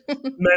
men